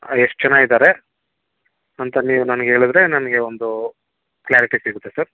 ಎಷ್ಟು ಜನ ಇದ್ದಾರೆ ಅಂತ ನೀವು ನನ್ಗೆ ಹೇಳದ್ರೆ ನನಗೆ ಒಂದು ಕ್ಲಾರಿಟಿ ಸಿಗುತ್ತೆ ಸರ್